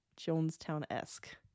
Jonestown-esque